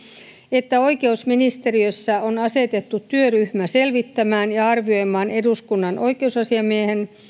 että oikeusministeriössä on asetettu työryhmä selvittämään ja arvioimaan eduskunnan oikeusasiamiehen